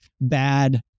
bad